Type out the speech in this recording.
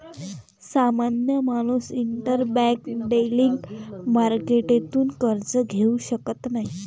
सामान्य माणूस interbank lending मार्केटतून कर्ज घेऊ शकत नाही